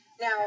Now